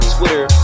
Twitter